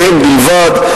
והם בלבד.